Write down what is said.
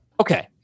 Okay